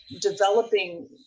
developing